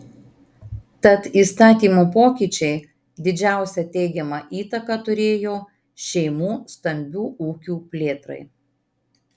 tad įstatymo pokyčiai didžiausią teigiamą įtaką turėjo šeimų stambių ūkių plėtrai